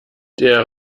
der